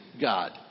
God